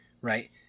right